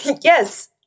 Yes